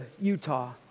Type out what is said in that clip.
Utah